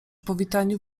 powitaniu